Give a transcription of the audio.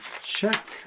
check